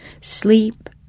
Sleep